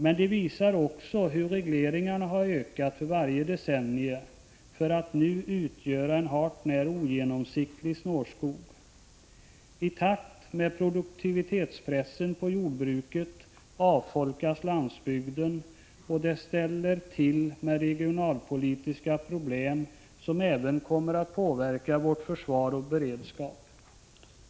Men de visar också hur regleringarna har ökat för varje decennium för att nu utgöra en hart när ogenomtränglig snårskog. I takt med produktivitetspressen på jordbruket avfolkas landsbygden, vilket medför regionalpolitiska problem, som även kommer att påverka vårt försvar och vår beredskap.